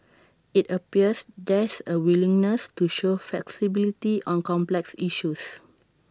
IT appears there's A willingness to show flexibility on complex issues